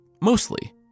mostly